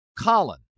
Colin